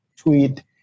tweet